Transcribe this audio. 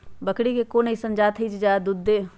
बकरी के कोन अइसन जात हई जे जादे दूध दे?